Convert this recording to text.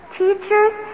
teachers